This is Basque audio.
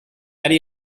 ari